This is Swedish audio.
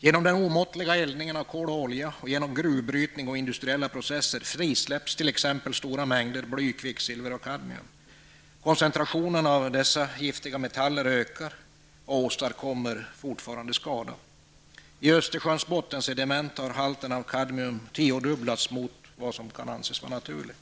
Genom den omåttliga eldningen av kol och olja och genom gruvbrytning och industriella processer frisläpps t.ex. stora mängder bly, kvicksilver och kadmium. Koncentrationerna av dessa giftiga metaller ökar och åstadkommer fortfarande skada. I Östersjöns bottensediment har halten av kadmium tiodubblats mot vad som kan anses vara naturligt.